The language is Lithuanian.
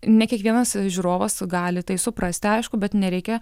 ne kiekvienas žiūrovas gali tai suprasti aišku bet nereikia